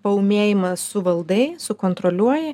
paūmėjimą suvaldai sukontroliuoji